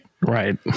Right